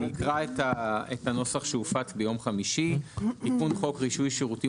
אני אקרא את הנוסח שהופץ ביום חמישי: תיקון חוק רישוי שירותים